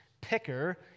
picker